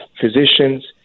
physicians